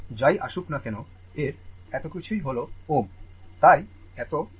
যাই আসুক না কেন এর এতকিছুই হল Ω তাই এত Ω